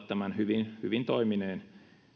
tämän hyvin hyvin toimineen